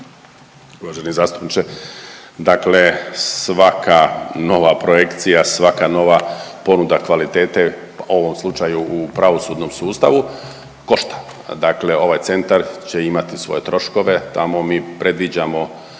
Gospodine zastupniče, dakle svaka nova projekcija, svaka nova ponuda kvalitete u ovom slučaju u pravosudnom sustavu košta. Dakle, ovaj centar će imati svoje troškove. Tamo mi predviđamo